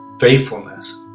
faithfulness